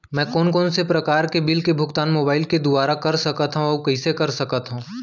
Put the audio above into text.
मैं कोन कोन से प्रकार के बिल के भुगतान मोबाईल के दुवारा कर सकथव अऊ कइसे कर सकथव?